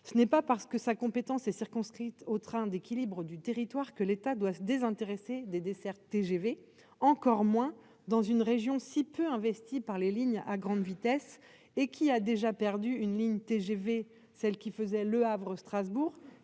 ce n'est pas parce que sa compétence est circonscrite aux trains d'équilibre du territoire que l'État doit se désintéresser des dessertes TGV encore moins dans une région si peu investi par les lignes à grande vitesse et qui a déjà perdu une ligne TGV, celle qui faisait Le Havre Strasbourg